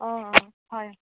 অ' অ' হয়